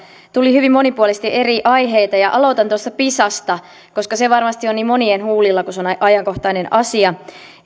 tuli hyvin monipuolisesti eri aiheita ja aloitan tuosta pisasta koska se varmasti on niin monien huulilla kun se on ajankohtainen asia